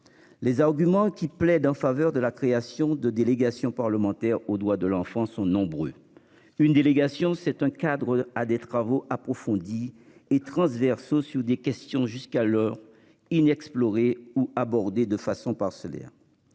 Les arguments qui te plaît d'en faveur de la création de délégation parlementaire aux droits de l'enfant sont nombreux. Une délégation un cadre à des travaux approfondis et transversaux sur des questions jusqu'à l'heure inexplorée ou abordé de façon parcellaire.